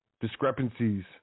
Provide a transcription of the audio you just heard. discrepancies